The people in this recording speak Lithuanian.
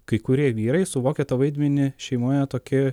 kai kurie vyrai suvokia tą vaidmenį šeimoje tokį